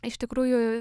iš tikrųjų